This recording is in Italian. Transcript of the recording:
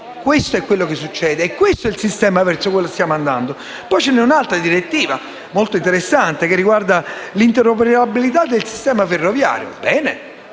Questo è ciò che succede ed è il sistema verso il quale stiamo andando. C'è un'altra direttiva molto interessante che riguarda l'interoperabilità del sistema ferroviario. Chi